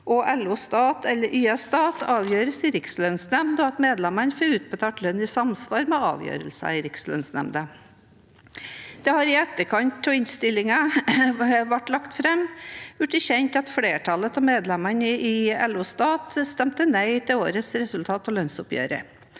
YS Stat avgjøres i Rikslønnsnemnda, og at medlemmene får utbetalt lønn i samsvar med avgjørelsen til Rikslønnsnemnda Det har i etterkant av at innstillingen ble lagt fram, blitt kjent at flertallet av medlemmene i LO Stat stemte nei til årets resultat av lønnsoppgjøret.